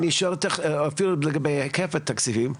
שואל אותך אפילו לגבי היקף התקציבים.